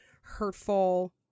hurtful